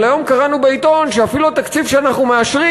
אבל היום קראנו בעיתון שאפילו התקציב שאנחנו מאשרים